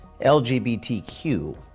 LGBTQ